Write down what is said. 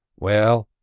well,